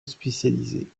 spécialisé